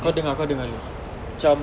kau dengar kau dengar dulu cam